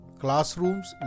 classrooms